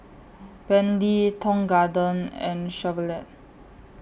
Bentley Tong Garden and Chevrolet